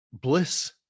bliss